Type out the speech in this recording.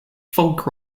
folk